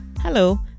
Hello